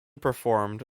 performed